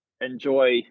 enjoy